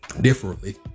Differently